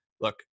look